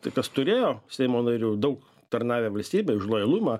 tai kas turėjo seimo narių daug tarnavę valstybei už lojalumą